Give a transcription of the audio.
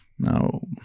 No